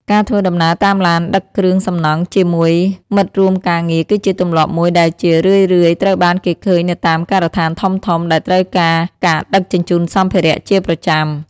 ការធ្វើដំណើរតាមឡានដឹកគ្រឿងសំណង់ជាមួយមិត្តរួមការងារគឺជាទម្លាប់មួយដែលជារឿយៗត្រូវបានគេឃើញនៅតាមការដ្ឋានធំៗដែលត្រូវការការដឹកជញ្ជូនសម្ភារៈជាប្រចាំ។